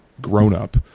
grown-up